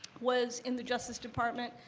was in the justice department,